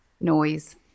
noise